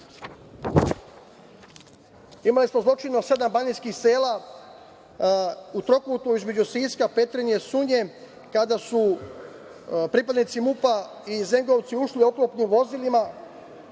Sisku. Imali smo zločine u sedam banijskih sela u trouglu između Siska, Petrinje, Sunje, kada su pripadnici MUP i zengovci ušli oklopnim vozilima,